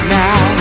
now